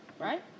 Right